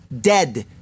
dead